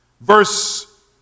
Verse